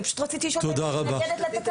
אני פשוט רציתי לשאול אם היא מתנגדת לתקנה.